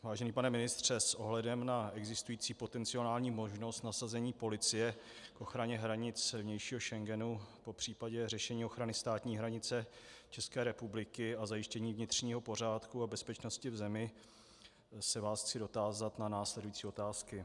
Vážený pane ministře, s ohledem na existující potenciální možnost nasazení policie k ochraně hranic vnějšího Schengenu, popřípadě řešení ochrany státních hranice České republiky a zajištění vnitřního pořádku a bezpečnosti v zemi se vás chci dotázat na následující otázky.